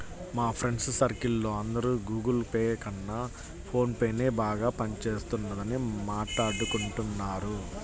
మా friends circle లో అందరూ గుగుల్ పే కన్నా ఫోన్ పేనే బాగా పని చేస్తున్నదని మాట్టాడుకుంటున్నారు